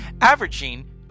Averaging